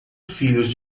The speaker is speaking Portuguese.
filhos